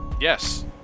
yes